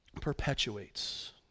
perpetuates